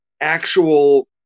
actual